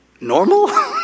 Normal